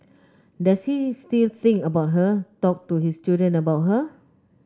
does he still think about her talk to his children about her